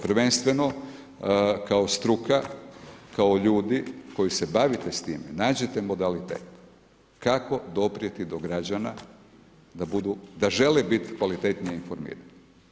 Prvenstveno kap struka, kao ljudi koji se bavite s time, nađite modalitet kako doprijeti do građana da žele biti kvalitetnije informirani.